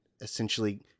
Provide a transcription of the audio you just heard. essentially